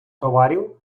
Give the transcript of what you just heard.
товарів